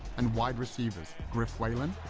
and wide receivers, griff whalen,